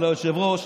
של היושב-ראש,